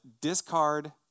discard